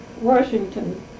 Washington